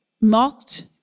mocked